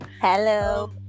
Hello